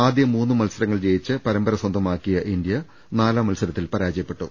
ആദ്യ മൂന്ന് മത്സ രങ്ങൾ ജയിച്ച് പരമ്പര സ്വന്തമാക്കിയ ഇന്ത്യ നാലാം മത്സര ത്തിൽ പരാജയപ്പെട്ടു